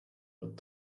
but